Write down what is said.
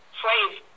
slave